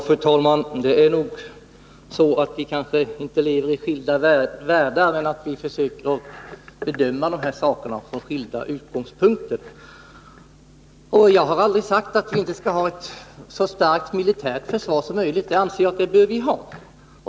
Fru talman! Vi kanske inte lever i skilda världar, men vi försöker nog bedöma de här sakerna från skilda utgångspunkter. Jag har aldrig sagt att vi inte skall ha ett så starkt militärt försvar som möjligt. Det anser jag att vi bör ha.